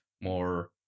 more